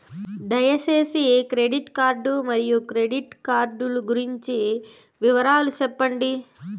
దయసేసి credit card మరియు credit card లు గురించి వివరాలు సెప్పండి?